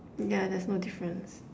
ya there's no difference